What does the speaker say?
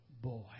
boy